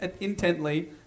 intently